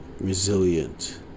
resilient